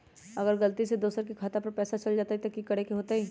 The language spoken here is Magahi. अगर गलती से दोसर के खाता में पैसा चल जताय त की करे के होतय?